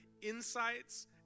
insights